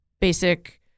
basic